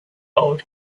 old